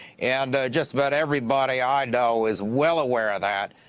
and just about everybody i know is well aware of that.